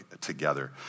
together